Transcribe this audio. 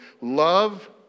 Love